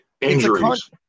injuries